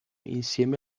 insieme